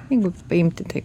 jeigu paimti tai